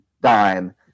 dime